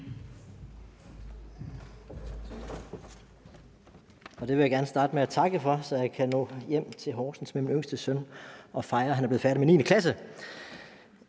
Det vil jeg gerne starte med at takke for. Så kan jeg nå hjem til Horsens med min yngste søn og fejre, at han er blevet færdig med 9. klasse.